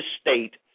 state